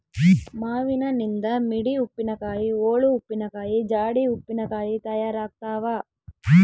ಮಾವಿನನಿಂದ ಮಿಡಿ ಉಪ್ಪಿನಕಾಯಿ, ಓಳು ಉಪ್ಪಿನಕಾಯಿ, ಜಾಡಿ ಉಪ್ಪಿನಕಾಯಿ ತಯಾರಾಗ್ತಾವ